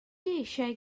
eisiau